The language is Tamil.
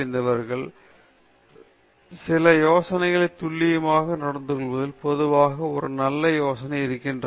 பொதுவாக அறிவார்ந்த மற்றும் படைப்பாற்றல் உடையவர்கள் மற்றும் விஷயத்தை நன்கு அறிந்தவர்கள் சில யோசனைகள் துல்லியமாக நடந்துகொள்வதில் பொதுவாக ஒரு நல்ல யோசனை இருக்கிறது